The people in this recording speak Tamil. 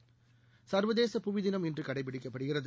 ம் ம் சர்வதேச புவிதினம்இன்றுகடைபிடிக்கப்படுகிறது